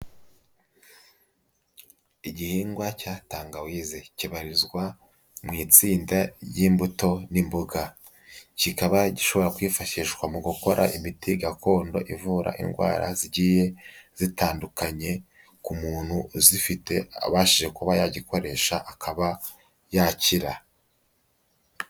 Igihingwa cya tangawize kibarizwa mu itsinda ry'imbuto n'imboga, kikaba gishobora kwifashishwa mu gukora imiti gakondo ivura indwara zigiye zitandukanye ku muntu uzifite abashije kuba yagikoresha, akaba yakira.